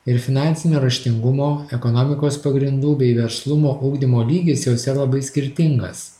ir finansinio raštingumo ekonomikos pagrindų bei verslumo ugdymo lygis jose labai skirtingas